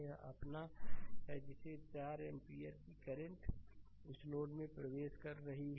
यह अपना है जिससे 4 एम्पीयर करंट इस नोड में प्रवेश कर रहा है